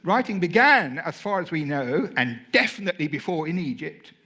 writing began, as far as we know, and definitely before in egypt,